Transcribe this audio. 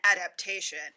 adaptation